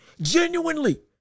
genuinely